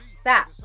stop